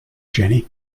jenny